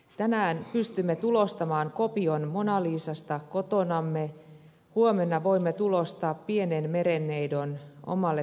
tänään pystymme tulostamaan kopion mona lisasta kotonamme huomenna voimme tulostaa pienen merenneidon omalle työpöydällemme